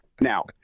Now